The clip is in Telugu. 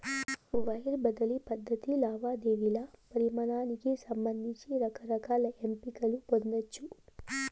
వైర్ బదిలీ పద్ధతి లావాదేవీల పరిమానానికి సంబంధించి రకరకాల ఎంపికలు పొందచ్చు